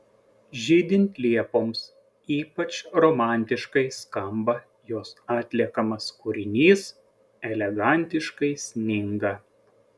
žydint liepoms ypač romantiškai skamba jos atliekamas kūrinys elegantiškai sninga